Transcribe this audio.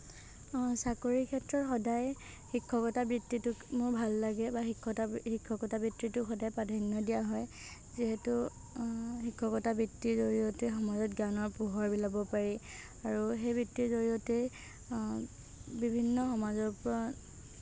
অ চাকৰিৰ ক্ষেত্ৰত সদায় শিক্ষকতা বৃত্তিটো মোৰ ভাল লাগে বা শিক্ষকতা বৃত্তিটো সদায় প্ৰাধান্য দিয়া হয় যিহেতু শিক্ষকতা বৃত্তিৰ জৰিয়তে সমাজত জ্ঞানৰ পোহৰ বিলাব পাৰি আৰু সেই বৃত্তিৰ জৰিয়তে বিভিন্ন সমাজৰ পৰা